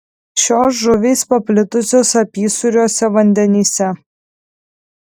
šios žuvys paplitusios apysūriuose vandenyse